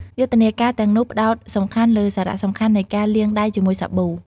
យុទ្ធនាការទាំងនោះផ្តោតសំខាន់លើសារៈសំខាន់នៃការលាងដៃជាមួយសាប៊ូ។